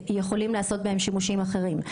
לצרכים אחרים.